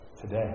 today